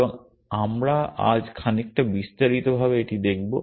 এবং আমরা আজ খানিকটা বিস্তারিতভাবে এটি দেখব